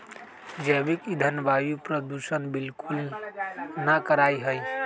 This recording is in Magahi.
जैविक ईंधन वायु प्रदूषण बिलकुल ना करा हई